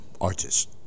artist